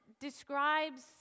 describes